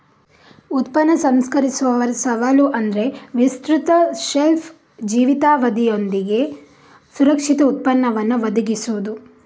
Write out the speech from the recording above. ಉತ್ಪನ್ನ ಸಂಸ್ಕರಿಸುವವರ ಸವಾಲು ಅಂದ್ರೆ ವಿಸ್ತೃತ ಶೆಲ್ಫ್ ಜೀವಿತಾವಧಿಯೊಂದಿಗೆ ಸುರಕ್ಷಿತ ಉತ್ಪನ್ನವನ್ನ ಒದಗಿಸುದು